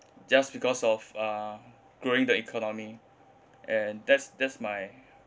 just because of uh growing the economy and that's that's my